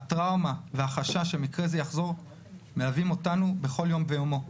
הטראומה והחשש שמקרה זה יחזור מלווים אותנו בכל יום ביומו.